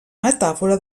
metàfora